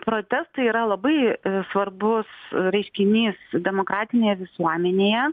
protestai yra labai svarbus reiškinys demokratinėje visuomenėje